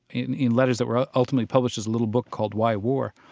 in in letters that were ultimately published as a little book called why war?